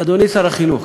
אדוני שר החינוך,